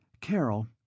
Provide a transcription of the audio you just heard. Carol